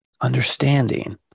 Understanding